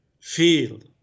field